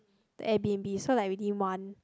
the Airbnb so like we didn't want